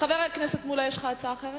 חבר הכנסת מולה, יש לך הצעה אחרת?